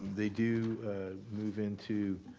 they do move into